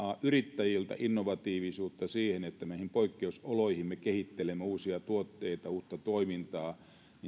yrittäjiltä innovatiivisuutta siihen että näihin poikkeusoloihin me kehittelemme uusia tuotteita uutta toimintaa tässähän